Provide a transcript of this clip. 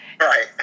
Right